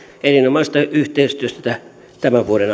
erinomaisesta yhteistyöstä tämän vuoden